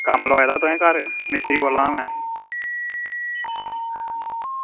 कम्म लाये दा घर तुसें मिस्तरी कदूं लेई आने